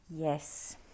Yes